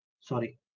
Sorry